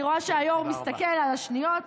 אני רואה שהיו"ר מסתכל על השניות.